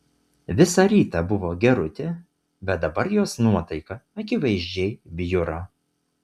visą rytą buvo gerutė bet dabar jos nuotaika akivaizdžiai bjuro